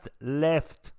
left